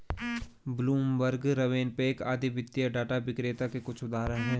Bloomberg, RavenPack आदि वित्तीय data विक्रेता के कुछ उदाहरण हैं